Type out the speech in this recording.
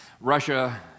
Russia